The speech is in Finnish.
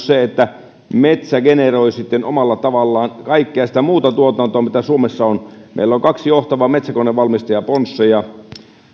se että metsä generoi omalla tavallaan kaikkea sitä muuta tuotantoa mitä suomessa on meillä on kaksi johtavaa metsäkonevalmistajaa ponsse ja